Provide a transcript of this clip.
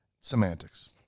semantics